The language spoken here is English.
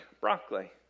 broccoli